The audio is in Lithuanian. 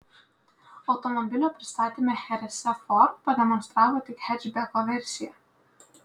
automobilio pristatyme cherese ford pademonstravo tik hečbeko versiją